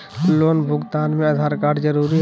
Loan भुगतान में Aadhaar card जरूरी है?